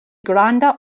granda